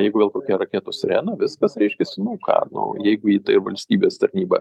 jeigu vėl kokia raketos sirena viskas reiškiasi nu ką nu jeigu į tai valstybės tarnyba